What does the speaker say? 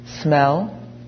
smell